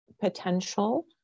potential